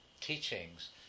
teachings